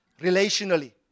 relationally